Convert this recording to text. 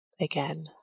again